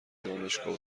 دانشگاه